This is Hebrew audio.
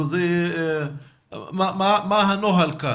מה הנוהל כאן?